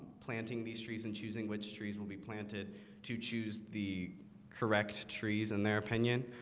planting these trees and choosing which trees will be planted to choose the correct trees in their opinion